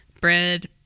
Bread